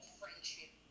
friendship